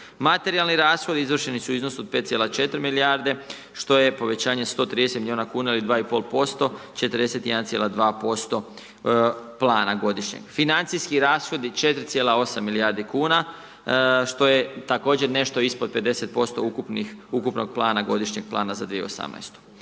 Materijalni rashodi izvršeni su u iznosu od 5,4 milijarde što je povećanje 130 milijuna kuna ili 2,5%, 41,2% plana godišnjeg. Financijski rashodi 4,8 milijardi kuna što je također nešto ispod 50% ukupnog plana, godišnjeg plana za 2018.